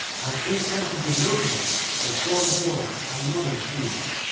and in entered the nobles with drawn swords and nodding plumes,